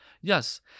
Yes